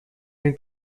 and